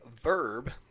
verb